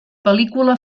pel·lícula